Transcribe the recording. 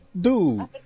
Dude